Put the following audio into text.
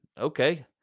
Okay